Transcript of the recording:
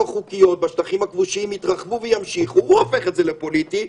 חוקיות בשטחים הכבושים יתרחבו וימשיכו והוא הופך את זה לפוליטי,